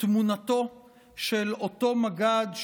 תמונתו של אותו מג"ד,